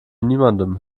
niemandem